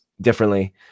differently